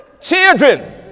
Children